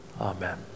Amen